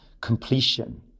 completion